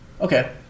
Okay